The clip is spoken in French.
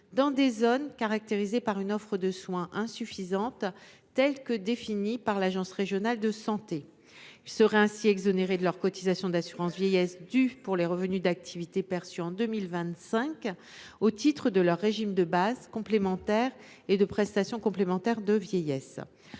dans des zones caractérisées par une offre de soins insuffisante, telle que définie par l’agence régionale de santé. Ils seraient ainsi exonérés des cotisations d’assurance vieillesse dues pour les revenus d’activité perçus en 2025 au titre de leur régime de base, de leur régime complémentaire et de leurs prestations complémentaires de vieillesse.